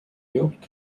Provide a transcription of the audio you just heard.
york